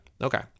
okay